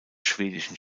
schwedischen